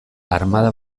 armada